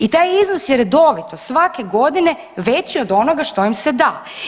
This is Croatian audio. I taj iznos je redovito, svake godine veći od onoga što im se da.